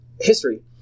history